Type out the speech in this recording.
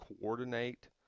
coordinate